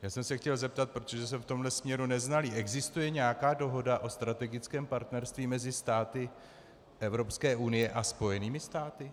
Já jsem se chtěl zeptat, protože jsem v tomto směru neznalý existuje nějaká dohoda o strategickém partnerství mezi státy Evropské unie a Spojenými státy?